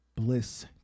Bliss